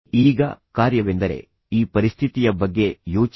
ಈಗ ಕಾರ್ಯವೆಂದರೆ ಈ ಪರಿಸ್ಥಿತಿಯ ಬಗ್ಗೆ ಯೋಚಿಸಿ